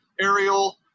aerial